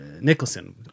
Nicholson